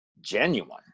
genuine